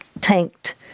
tanked